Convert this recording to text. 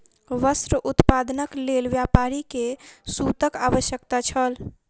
वस्त्र उत्पादनक लेल व्यापारी के सूतक आवश्यकता छल